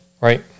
Right